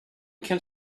can